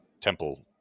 temple